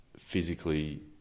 physically